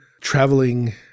traveling